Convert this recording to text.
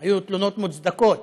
היו תלונות מוצדקות,